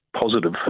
positive